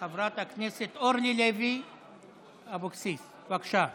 חברת הכנסת אורלי לוי אבקסיס, בבקשה.